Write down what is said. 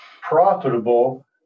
profitable